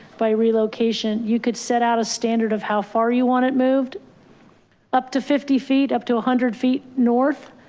by relocation, you could set out a standard of how far you want it moved up to fifty feet, up to a hundred feet north.